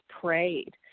prayed